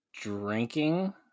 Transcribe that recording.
drinking